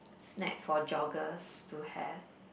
snack for joggers to have